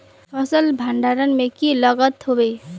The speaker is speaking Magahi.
फसल भण्डारण में की लगत होबे?